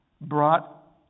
brought